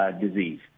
disease